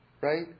Right